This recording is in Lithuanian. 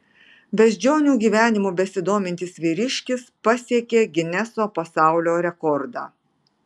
beždžionių gyvenimu besidomintis vyriškis pasiekė gineso pasaulio rekordą